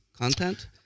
content